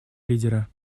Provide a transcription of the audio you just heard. лидера